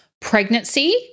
pregnancy